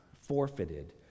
forfeited